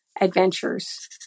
adventures